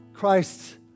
Christ